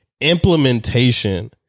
implementation